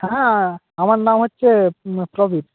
হ্যাঁ হ্যাঁ আমার নাম হচ্ছে প্রবীর